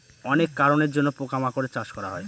অনেক কারনের জন্য পোকা মাকড়ের চাষ করা হয়